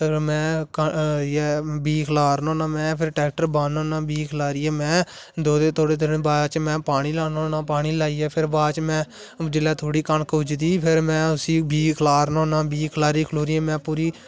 खेतर इयै में बीऽ खलारना होन में फिर में ट्रैक्टर बाह्ना होन्नां बीऽ खलारी ऐ में ओहदे थोह्डे़ दिनें बाद च में पानी लान्ना होन्नां पानी लेइयै पिर बाद च में जिसलै थोह्ड़ी कनक पुजदी फिर में उसी बीऽ खलारना बीऽ खलारी खलोरियै में पूरी